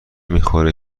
میخوره